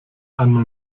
einmal